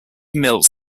mills